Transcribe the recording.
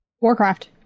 Warcraft